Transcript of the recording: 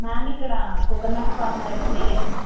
ma'am ఇక్కడ coconut farmer ఎవరు మీరేనా